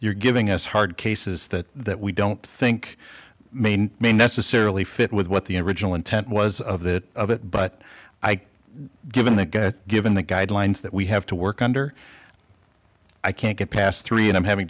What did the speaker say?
you're giving us hard cases that that we don't think main necessarily fit with what the original intent was of that of it but i given they get given the guidelines that we have to work under i can't get past three and i'm having